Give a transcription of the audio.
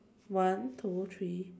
one two three